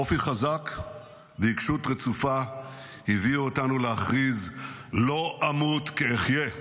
אופי חזק ועיקשות רצופה הביאו אותנו להכריז: "לא אמות כי אחיה".